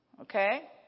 Okay